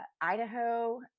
Idaho